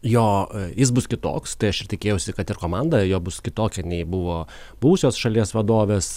jo jis bus kitoks tai aš ir tikėjausi kad ir komanda jo bus kitokia nei buvo buvusios šalies vadovės